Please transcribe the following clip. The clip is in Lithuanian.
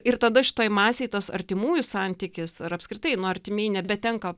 ir tada šitoj masėj tas artimųjų santykis ir apskritai nu artimieji nebetenka